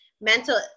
mental